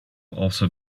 also